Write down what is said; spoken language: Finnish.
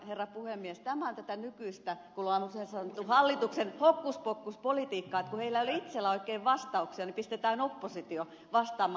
tämä on tätä nykyistä niin kuin on usein sanottu hallituksen hokkuspokkuspolitiikkaa että kun heillä ei ole itsellä oikein vastauksia niin pistetään oppositio vastaamaan